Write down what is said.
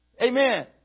Amen